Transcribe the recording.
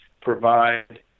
provide